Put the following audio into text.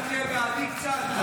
נתקבל.